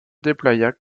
déploya